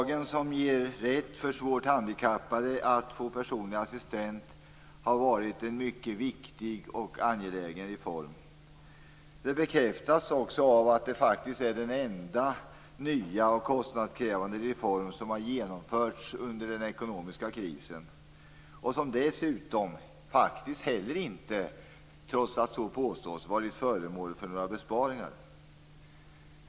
Herr talman! Lagen som ger svårt handikappade rätt att få personlig assistent har varit en mycket viktig och angelägen reform. Det bekräftas också av att detta faktiskt är den enda nya kostnadskrävande reform som har genomförts under den ekonomiska krisen och som inte - trots vad som påstås - varit föremål för några besparingar.